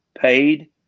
paid